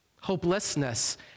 Hopelessness